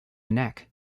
neck